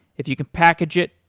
if you can package it,